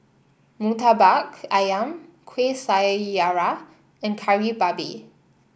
murtabak ayam Kuih Syara and Kari Babi